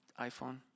iPhone